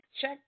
check